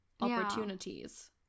opportunities